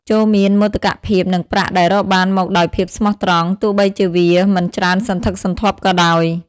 ចូរមានមោទកភាពនឹងប្រាក់ដែលរកបានមកដោយភាពស្មោះត្រង់ ទោះបីជាវាមិនច្រើនសន្ធឹកសន្ធាប់ក៏ដោយ។